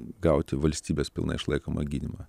gauti valstybės pilnai išlaikomą gydymą